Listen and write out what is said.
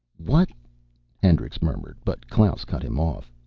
what hendricks muttered, but klaus cut him off.